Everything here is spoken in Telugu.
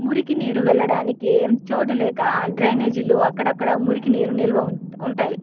మురికి నీరు వెళ్ళడానికి చోటు లేక డ్రైనేజీలు అక్కడక్కడ మురికి నీరు నిల్వ ఉం ఉంటాయి